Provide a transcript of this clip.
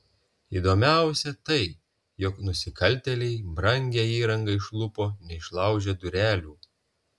įdomiausia tai jog nusikaltėliai brangią įrangą išlupo neišlaužę durelių